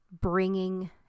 bringing